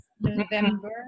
November